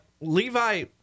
Levi